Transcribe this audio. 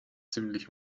ziemlich